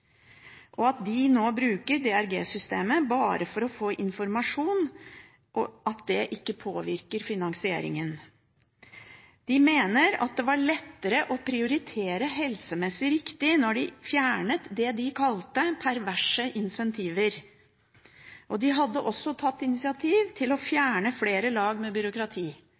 og de bruker nå DRG-systemet bare for å få informasjon, noe som ikke påvirker finansieringen. De mener at det var lettere å prioritere helsemessig riktig da de fjernet det de kalte «perverse incentiver». De hadde også tatt initiativ til å fjerne flere lag med byråkrati,